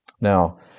Now